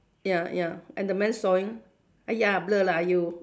ya ya and the man sawing !aiya! blur lah you